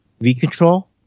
V-Control